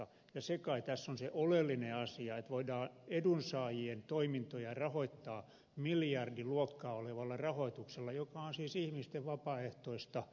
ja se kai tässä on se oleellinen asia että voidaan edunsaajien toimintoja rahoittaa miljardiluokkaa olevalla rahoituksella joka on siis ihmisten vapaaehtoista veronmaksua